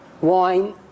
wine